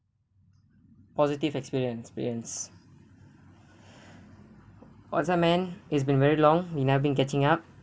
positive experience perience~ what's up man it's been very long we never been catching up